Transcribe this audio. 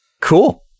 cool